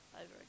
over